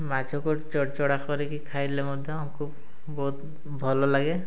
ମାଛକୁ ଚଡ଼୍ଚଡ଼ା କରିକି ଖାଇଲେ ମଧ୍ୟ ଆମକୁ ବହୁତ ଭଲ ଲାଗେ